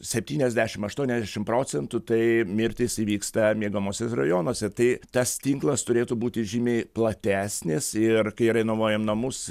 septyniasdešim aštuoniasdešim procentų tai mirtys įvyksta miegamuosiuose rajonuose tai tas tinklas turėtų būti žymiai platesnis ir kai renovuojam namus